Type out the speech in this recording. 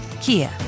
Kia